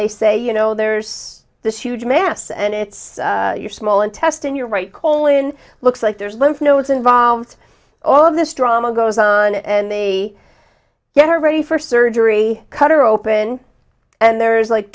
they say you know there's this huge mass and it's your small intestine your right colon looks like there's lymph nodes involved all of this trauma goes on and they get her ready for surgery cut or open and there's like